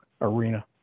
arena